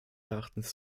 erachtens